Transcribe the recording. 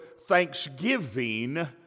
thanksgiving